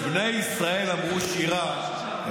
כשבני ישראל אמרו שירה,